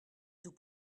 nous